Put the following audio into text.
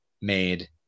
made